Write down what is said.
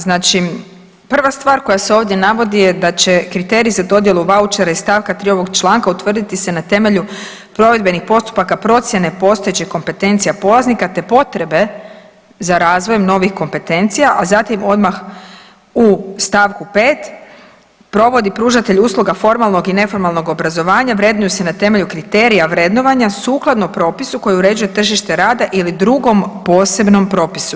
Znači prva stvar koja se ovdje navodi je da će kriterij za dodjelu vaučera iz st. 3. ovog članka utvrditi se na temelju provedbenih postupaka procijene postojećih kompetencija polaznika, te potrebe za razvojem novih kompetencija, a zatim odmah u st. 5. provodi pružatelj usluga formalnog i neformalnog obrazovanja vrednuju se na temelju kriterija vrednovanja sukladno propisu koji uređuje tržište rada ili drugom posebnom propisu.